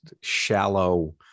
shallow